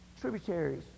tributaries